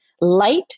light